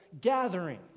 gathering